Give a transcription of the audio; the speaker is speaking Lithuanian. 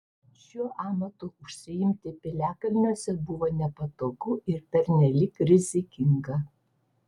šiuo amatu užsiimti piliakalniuose buvo nepatogu ir pernelyg rizikinga